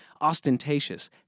ostentatious